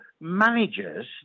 managers